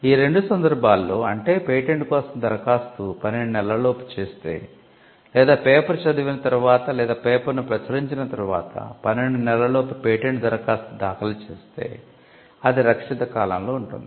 ఈ రెండు సందర్భాల్లో అంటే పేటెంట్ కోసం దరఖాస్తు పన్నెండు నెలల్లోపు చేస్తే లేదా పేపర్ చదవిన తర్వాత లేదా పేపర్ను ప్రచురించిన తర్వాత పన్నెండు నెలల్లోపు పేటెంట్ దరఖాస్తు దాఖలు చేస్తే అది రక్షిత కాలంలో ఉంటుంది